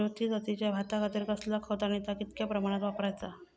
ज्योती जातीच्या भाताखातीर कसला खत आणि ता कितक्या प्रमाणात वापराचा?